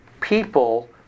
people